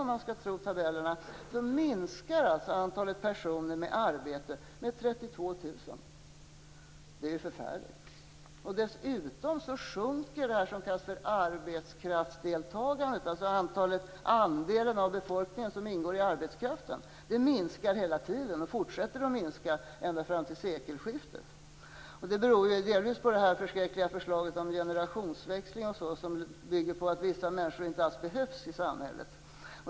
Om man skall tro tabellerna minskar antalet personer som har arbete med 32 000 under den här mandatperioden. Det är ju förfärligt, och dessutom minskar det s.k. arbetskraftsdeltagandet, alltså andelen av befolkningen som ingår i arbetskraften. Den minskar hela tiden och fortsätter att minska ända fram till sekelskiftet. Detta beror delvis på det förskräckliga förslaget om generationsväxling, som bygger på att vissa människor inte alls behövs i samhället.